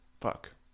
fuck